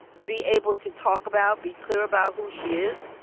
be able to talk about, be clear about who she is,